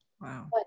Wow